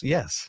Yes